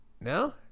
No